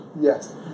yes